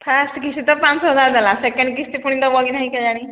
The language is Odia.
ଫାଷ୍ଟ କିସ୍ତି ତ ପାଞ୍ଚ ହଜାର ଦେଲା ସେକେଣ୍ଡ କିସ୍ତି ପୁଣି ଦେବ କି ନାଇ କେଜାଣି